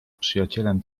przyjacielem